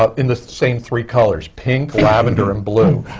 ah in the same three colors, pink, lavender and blue.